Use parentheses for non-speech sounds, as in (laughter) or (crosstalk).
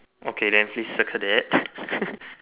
okay then please circle that (laughs)